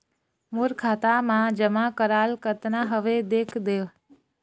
मोर खाता मा जमा कराल कतना हवे देख देव?